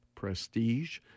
Prestige